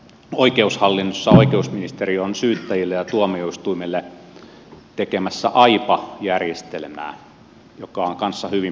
oikeushallinnossa oikeusministeriö on syyttäjille ja tuomioistuimille tekemässä aipa järjestelmää joka on kanssa hyvin pitkällä